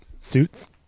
Suits